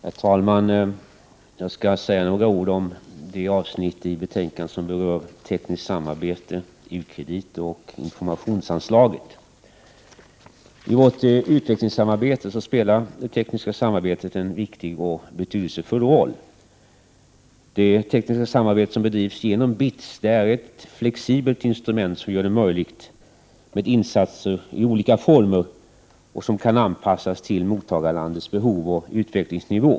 Herr talman! Jag skall säga några ord om det avsnitt i betänkandet som berör tekniskt samarbete, u-krediter och informationsanslaget. I vårt utvecklingssamarbete spelar det tekniska samarbetet en viktig och betydelsefull roll. Det tekniska samarbete som bedrivs genom BITS är ett flexibelt instrument, som gör det möjligt med insatser i olika former, vilka kan anpassas till mottagarlandets behov och utvecklingsnivå.